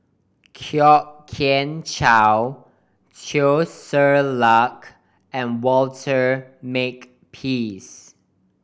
Kwok Kian Chow Teo Ser Luck and Walter Makepeace